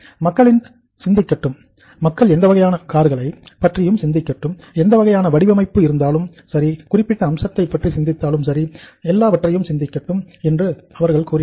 மக்களின் சிந்திக்கட்டும் மக்கள் எந்த வகையான கார்களை பற்றியும் சிந்திக்கட்டும் எந்த வகையான வடிவமைப்பு இருந்தாலும் குறிப்பிட்ட அம்சத்தை பற்றி சிந்தித்தாலும் எல்லாவற்றையும் சிந்திக்கட்டும் என்று அவர்கள் கூறினார்கள்